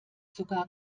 sogar